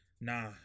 nah